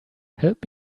help